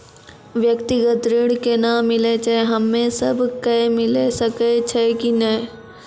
व्यक्तिगत ऋण केना मिलै छै, हम्मे सब कऽ मिल सकै छै कि नै?